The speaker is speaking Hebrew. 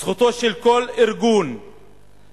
זכותו של כל ארגון לפעול,